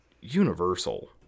Universal